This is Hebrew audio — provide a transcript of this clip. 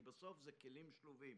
כי בסוף זה כלים שלובים.